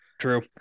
True